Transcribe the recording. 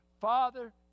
Father